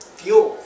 fuel